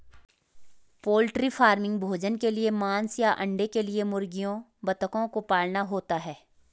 poultry farming भोजन के लिए मांस या अंडे के लिए मुर्गियों बतखों को पालना होता है